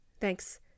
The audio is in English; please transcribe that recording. Thanks